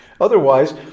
Otherwise